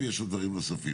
ויש עוד דברים נוספים.